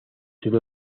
duró